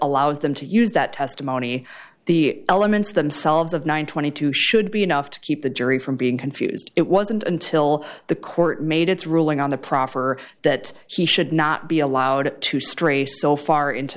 allows them to use that testimony the elements themselves of nine hundred and twenty two should be enough to keep the jury from being confused it wasn't until the court made its ruling on the proffer that she should not be allowed to stray so far into